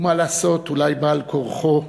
ומה לעשות, אולי בעל כורחו,